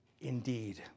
indeed